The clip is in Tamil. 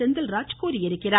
செந்தில்ராஜ் கூறியிருக்கிறார்